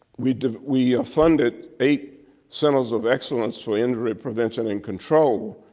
we we ah funded eight centers of excellence for injury prevention and control,